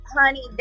Honey